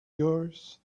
yours